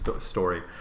story